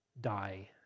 die